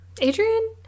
Adrian